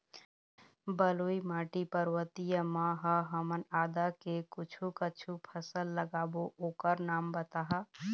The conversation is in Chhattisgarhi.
बलुई माटी पर्वतीय म ह हमन आदा के कुछू कछु फसल लगाबो ओकर नाम बताहा?